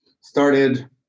started